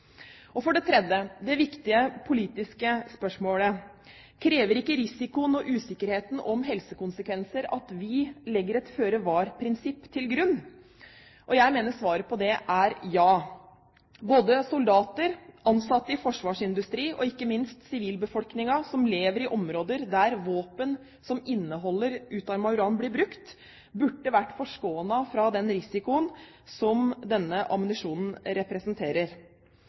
For det tredje det viktige politiske spørsmålet: Krever ikke risikoen og usikkerheten om helsekonsekvensene at vi legger et føre-var-prinsipp til grunn? Jeg mener svaret på det er ja. Både soldater, ansatte i forsvarsindustri og ikke minst sivilbefolkningen som lever i områder der våpen som inneholder utarmet uran, blir brukt, burde vært forskånet for den risikoen som denne ammunisjonen representerer.